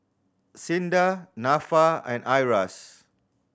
SINDA Nafa and IRAS